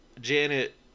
Janet